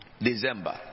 December